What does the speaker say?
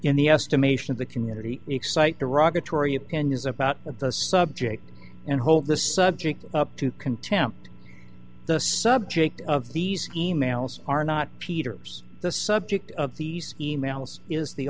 in the estimation of the community excite derogatory opinions about the subject and hold the subject up to contempt the subject of these e mails are not peter's the subject of these emails is the